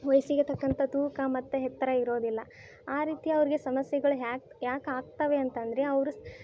ವಯಸ್ಸಿಗೆ ತಕ್ಕಂಥ ತೂಕ ಮತ್ತು ಎತ್ರ ಇರೋದಿಲ್ಲ ಆ ರೀತಿ ಅವ್ರಿಗೆ ಸಮಸ್ಯೆಗಳು ಯಾಕ್ ಯಾಕೆ ಆಗ್ತವೆ ಅಂತಂದರೆ ಅವರು